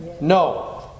No